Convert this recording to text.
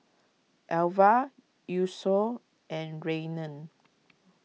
Elva Yosef and Rainen